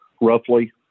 roughly